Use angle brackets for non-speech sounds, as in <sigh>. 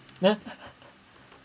ya <laughs>